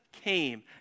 came